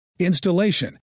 installation